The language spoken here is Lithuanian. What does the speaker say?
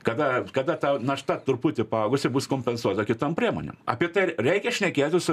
kada kada tau našta truputį paaugusi bus kompensuota kitom priemonėm apie tai reikia šnekėtis su